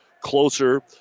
closer